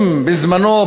אם בזמנה,